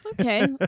okay